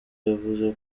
yavuze